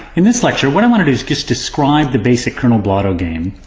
in this lecture what i want to do is just describe the basic colonel blotto game,